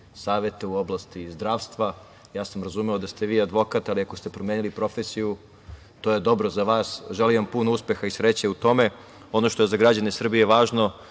savete u oblasti zdravstva. Ja sam razumeo da ste vi advokat, ali ako ste promenili profesiju to je dobro za vas. Želim vam puno uspeha i sreće u tome. Ono što je za građane Srbije važno,